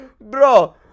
Bro